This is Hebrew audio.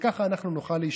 וככה אנחנו נוכל להשתחל.